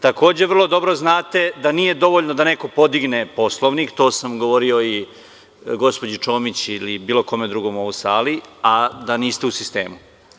Takođe vrlo dobro znate da nije dovoljno da neko podigne Poslovnik, to sam govorio i gospođi Čomić ili bilo kome drugom u ovoj sali, a da niste u sistemu.